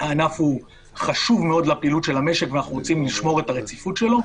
הענף הוא חשוב מאוד לפעילות של המשק ואנחנו רוצים לשמור את הרציפות שלו,